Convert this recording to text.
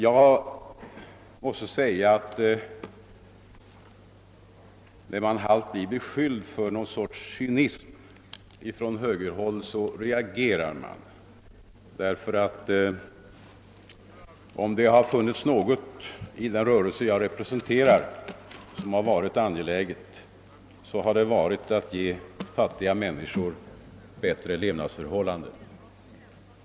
Jag måste vidare säga att jag reagerar när jag från högerhåll till hälften blir beskylld för cynism. Något som verkligen varit angeläget i det parti som jag representerar har varit att ge fattiga människor bättre levnadsförhållanden.